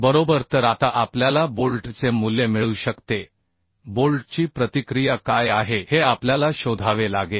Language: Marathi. बरोबर तर आता आपल्याला बोल्टचे मूल्य मिळू शकते बोल्टची प्रतिक्रिया काय आहे हे आपल्याला शोधावे लागेल